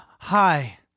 Hi